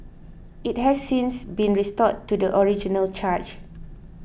it has since been restored to the original charge